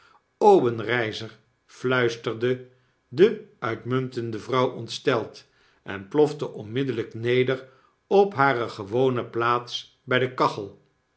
obenreizer fluisterde de uitmuntende vrouw ontsteld en plofte onmiddellyk neder op hare gewone plaats bij de kachel